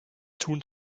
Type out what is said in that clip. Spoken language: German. tun